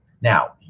Now